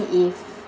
if